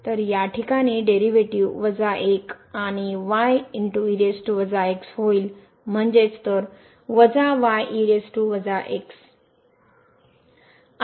तर या ठिकाणी डेरीवेटीव 1 आणि होईल म्हणजेच तर